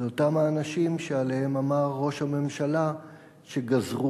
זה אותם האנשים שעליהם אמר ראש הממשלה ש"גזרו